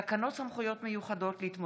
הצעת חוק הביטוח הלאומי (הוראת שעה,